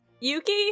Yuki